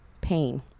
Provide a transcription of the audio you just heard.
pain